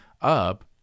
up